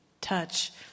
touch